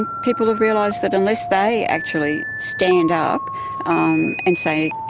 people have realised that unless they actually stand up um and say, you